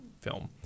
film